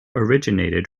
originated